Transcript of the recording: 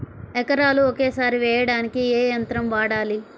ఎకరాలు ఒకేసారి వేయడానికి ఏ యంత్రం వాడాలి?